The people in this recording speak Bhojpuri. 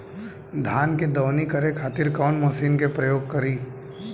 धान के दवनी करे खातिर कवन मशीन के प्रयोग करी?